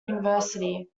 university